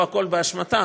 לא הכול באשמתם,